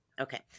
Okay